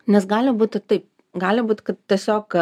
nes gali būti taip gali būt tiesiog